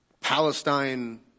Palestine